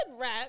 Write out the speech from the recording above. rap